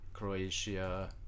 Croatia